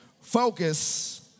Focus